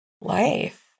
life